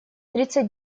тридцать